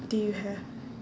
do you have